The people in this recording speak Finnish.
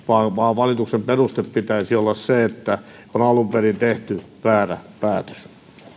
vaan vaan valituksen perusteena pitäisi olla se että on alun perin tehty väärä päätös